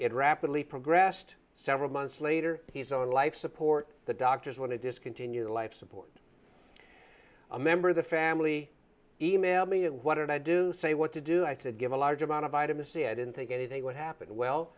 it rapidly progressed several months later he's on life support the doctors want to discontinue life support a member of the family email me and what did i do say what to do i could give a large amount of vitamin c i didn't think anything would happen well